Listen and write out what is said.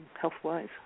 health-wise